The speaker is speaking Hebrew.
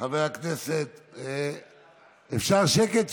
חבר הכנסת, אפשר שקט שם?